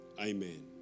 Amen